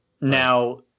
Now